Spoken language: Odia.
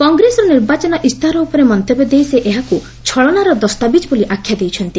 କଂଗ୍ରେସର ନିର୍ବାଚନ ଇସ୍ତାହାର ଉପରେ ମନ୍ତବ୍ୟ ଦେଇ ସେ ଏହାକୁ ଛଳନାର ଦସ୍ତାବିଜ୍ ବୋଲି ଆଖ୍ୟା ଦେଇଛନ୍ତି